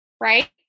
right